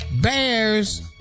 Bears